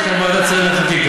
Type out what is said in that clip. יש לכם ועדת שרים לחקיקה.